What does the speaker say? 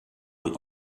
man